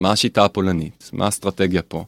מה השיטה הפולנית? מה האסטרטגיה פה?